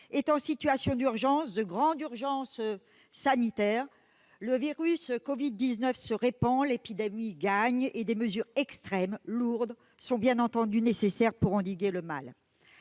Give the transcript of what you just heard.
est en situation d'urgence, de grande urgence sanitaire. Le virus Covid-19 se répand ; l'épidémie gagne et des mesures extrêmes, lourdes sont bien entendu nécessaires pour endiguer le mal.